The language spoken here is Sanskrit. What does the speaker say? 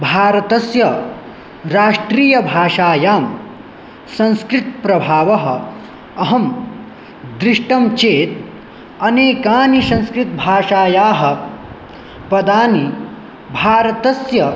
भारतस्य राष्ट्रियभाषायां संस्कृतप्रभावः अहं दृष्टं चेत् अनेकानि संस्कृतभाषायाः पदानि भारतस्य